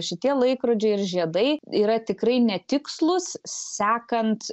šitie laikrodžiai ir žiedai yra tikrai netikslūs sekant